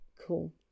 cool